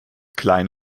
klein